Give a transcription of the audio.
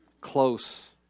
close